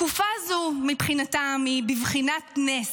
התקופה הזו מבחינתם היא בבחינת נס.